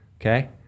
Okay